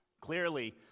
Clearly